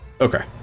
Okay